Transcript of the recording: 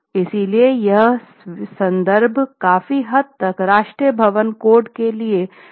इसलिए यहां संदर्भ काफी हद तक राष्ट्रीय भवन कोड के लिए बताया गया है